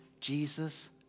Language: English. Jesus